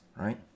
right